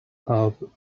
have